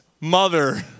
mother